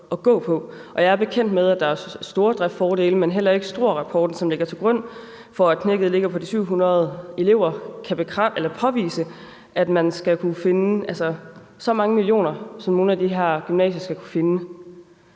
jeg er bekendt med, at der er stordriftsfordele, men heller ikke regeringens rapport , som lægger til grund for, at knækket ligger ved de 700 elever, kan påvise, at man skulle kunne finde så mange millioner, som nogle af de her gymnasier skal kunne finde.